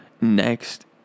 Next